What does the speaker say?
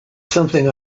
something